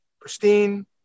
pristine